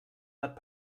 that